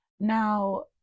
Now